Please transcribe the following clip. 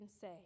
say